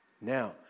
Now